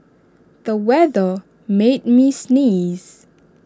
the weather made me sneeze